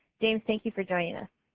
james, thank you for joining us.